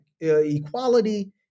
equality